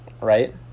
right